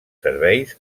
serveis